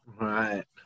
Right